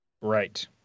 Right